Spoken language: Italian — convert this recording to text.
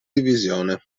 divisione